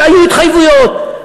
היו התחייבויות.